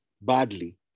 badly